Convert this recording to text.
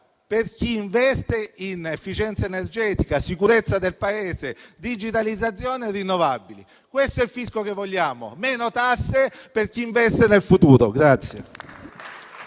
per chi investe in efficienza energetica, in sicurezza del Paese, in digitalizzazione e rinnovabili. Questo è il fisico che vogliamo: meno tasse per chi investe nel futuro.